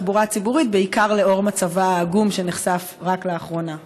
ובעיקר לאור מצבה העגום שנחשף רק לאחרונה.